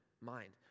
mind